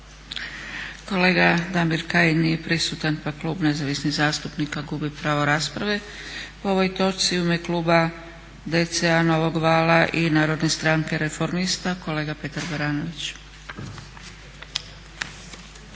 Kolega Damir Kajin nije prisutan pa Klub nezavisnih zastupnika gubi pravo rasprave po ovoj točci. U ime Kluba DC-a Novog vala i Narodne stranke reformista kolega Petar Baranović.